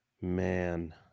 Man